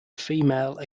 female